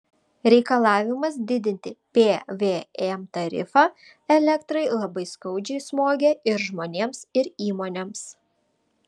reikalavimas didinti pvm tarifą elektrai labai skaudžiai smogė ir žmonėms ir įmonėms